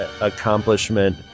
accomplishment